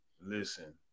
Listen